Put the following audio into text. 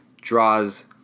draws